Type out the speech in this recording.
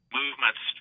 movements